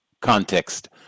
Context